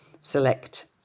select